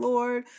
Lord